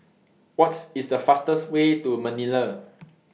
What IS The fastest Way to Manila